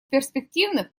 перспективных